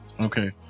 Okay